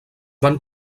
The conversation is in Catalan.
van